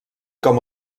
com